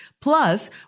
plus